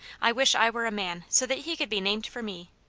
i wish i were a man, so that he could be named for me.